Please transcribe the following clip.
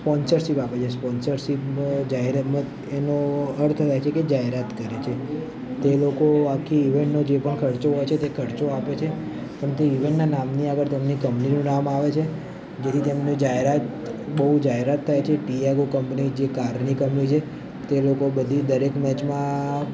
sponsorship આપે છે સ્પોન્સરશીપમાં જાહેરાતમાં એનો અર્થ એ થાય છે કે જાહેરાત કરે છે તો એ લોકો આખી ઇવેંટનો જે પણ ખર્ચો હોય છે તે ખર્ચો આપે છે પણ તે ઇવેંટનાં નામની આગળ તેમની કંપનીનું નામ આવે છે જેથી તેમને જાહેરાત બહુ જાહેરાત થાય છે ટીઆગો કંપની જે કારની કંપની છે તે લોકો બધી દરેક મેચમાં